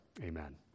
amen